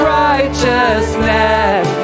righteousness